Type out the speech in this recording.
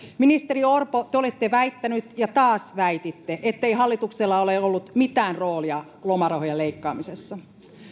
ministeri orpo te olette väittänyt ja taas väititte ettei hallituksella ole ollut mitään roolia lomarahojen leikkaamisessa